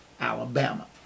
Alabama